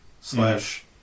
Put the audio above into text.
slash